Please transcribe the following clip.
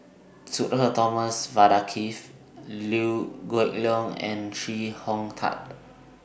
Sudhir Thomas Vadaketh Liew Geok Leong and Chee Hong Tat